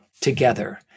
together